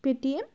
Paytm